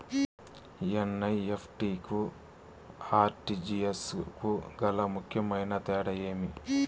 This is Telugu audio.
ఎన్.ఇ.ఎఫ్.టి కు ఆర్.టి.జి.ఎస్ కు గల ముఖ్యమైన తేడా ఏమి?